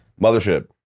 Mothership